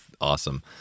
awesome